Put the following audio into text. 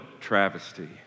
travesty